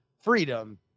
freedom